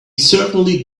certainly